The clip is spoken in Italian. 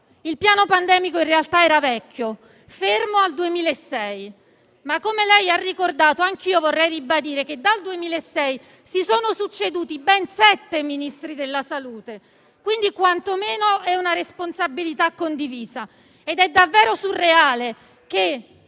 Il piano pandemico, in realtà, era vecchio, fermo al 2006. Ma, come lei ha ricordato, anch'io vorrei ribadire che dal 2006 si sono succeduti ben sette Ministri della salute, quindi quantomeno è una responsabilità condivisa. Ed è davvero surreale che